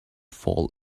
fall